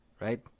Right